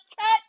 touch